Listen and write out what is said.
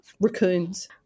Raccoons